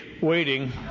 waiting